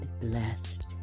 blessed